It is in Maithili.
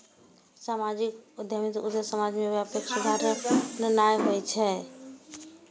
सामाजिक उद्यमिताक उद्देश्य समाज मे व्यापक सुधार आननाय होइ छै